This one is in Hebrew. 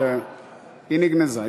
היא נגנזה.